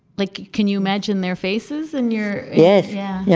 like, can you imagine their faces and your. yeah, yeah yeah,